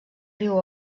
riu